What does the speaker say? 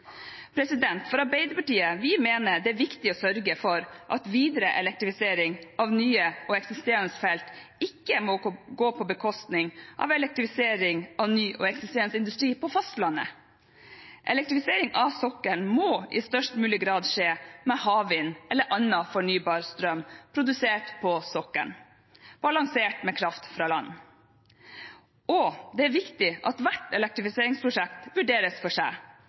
Arbeiderpartiet mener det er viktig å sørge for at videre elektrifisering av nye og eksisterende felt ikke må gå på bekostning av elektrifisering av ny og eksisterende industri på fastlandet. Elektrifisering av sokkelen må i størst mulig grad skje med havvind eller annen fornybar strøm produsert på sokkelen, balansert med kraft fra land. Det er også viktig at hvert elektrifiseringsprosjekt vurderes for seg.